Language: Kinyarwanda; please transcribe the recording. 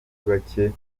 bake